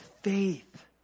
faith